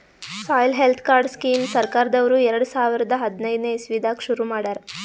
soil health card scheme ಸರ್ಕಾರ್ದವ್ರು ಎರಡ ಸಾವಿರದ್ ಹದನೈದನೆ ಇಸವಿದಾಗ ಶುರು ಮಾಡ್ಯಾರ್